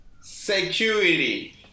Security